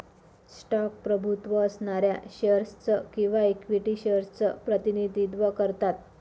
stock प्रभुत्व असणाऱ्या shares च किंवा इक्विटी शेअर्स च प्रतिनिधित्व करतात